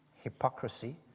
hypocrisy